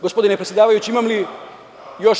Gospodine predsedavajući imam li još